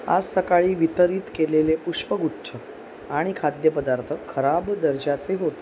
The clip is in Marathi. आज सकाळी वितरित केलेले पुष्पगुच्छ आणि खाद्यपदार्थ खराब दर्जाचे होते